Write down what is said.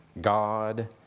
God